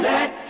Let